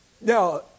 Now